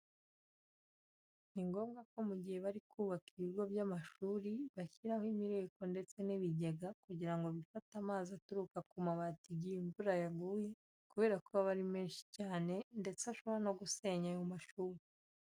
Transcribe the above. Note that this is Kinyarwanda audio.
Ni ngombwa ko mu gihe bari kubaka ibigo by'amashuri bashyiraho imireko ndetse n'ibigega kugira ngo bifate amazi aturuka ku mabati igihe imvura yaguye kubera ko aba ari menshi cyane ndetse aba ashobora no gusenya ayo mashuri.